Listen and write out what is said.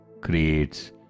creates